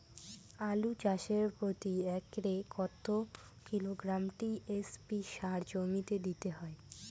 আলু চাষে প্রতি একরে কত কিলোগ্রাম টি.এস.পি সার জমিতে দিতে হয়?